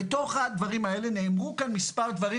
בתוך הדברים האלה נאמרו כאן מספר דברים,